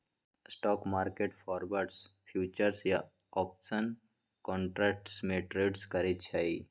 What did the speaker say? stock market forward, futures या option contracts में trade करई छई